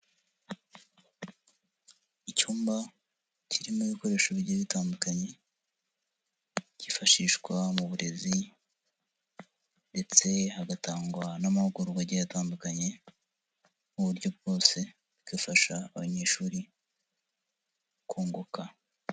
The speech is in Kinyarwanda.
Icyumba kirimo ibikoresho bigiye bitandukanye, cyifashishwa mu burezi ndetse hagatangwa n'amahugurwa atandukanye mu buryo bwose bwafasha abanyeshuri kunguka.